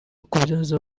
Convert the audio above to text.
kubyaza